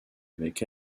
avec